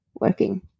working